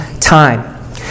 time